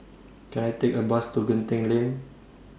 Can I Take A Bus to Genting Lane